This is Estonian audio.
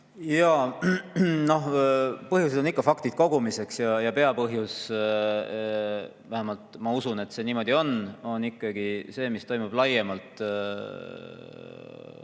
põhjused on faktid kogumis ja peapõhjus – vähemalt ma usun, et see niimoodi on – on ikkagi see, mis toimub laiemalt meie